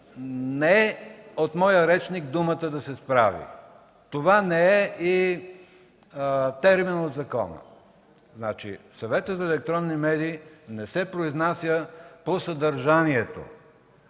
Не е в моя речник думата „да се справи”. Това не е и термин от закона. Съветът за електронни медии не се произнася по съдържанието,